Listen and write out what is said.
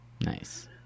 Nice